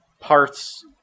parts